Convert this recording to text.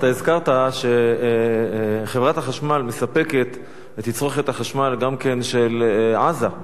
אתה הזכרת שחברת החשמל מספקת את תצרוכת החשמל גם כן של עזה.